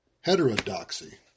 heterodoxy